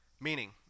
Meaning